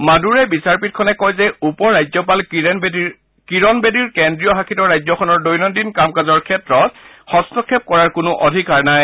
মডুৰাই বিচাৰপীঠখনে কয় যে উপ ৰাজ্যপাল কিৰণ বেদীৰ কেন্দ্ৰীয় শাসিত ৰাজ্যখনৰ দৈনন্দিন কাম কাজৰ ক্ষেত্ৰত হস্তক্ষেপ কৰাৰ কোনো অধিকাৰ নাই